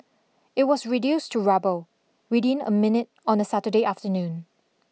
it was reduced to rubble within a minute on a Saturday afternoon